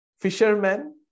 Fishermen